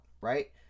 right